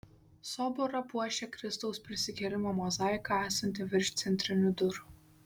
soborą puošia kristaus prisikėlimo mozaika esanti virš centrinių durų